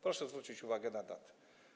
Proszę zwrócić uwagę na daty.